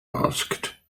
asked